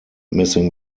missing